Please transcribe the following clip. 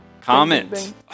comment